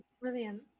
brilliant